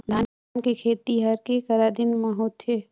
धान के खेती हर के करा दिन म होथे?